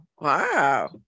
Wow